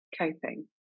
coping